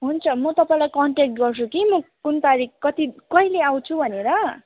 हुन्छ म तपाईँलाई कन्ट्याक्ट गर्छु कि म कुन तारिख कति कहिले आउँछु भनेर